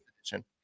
edition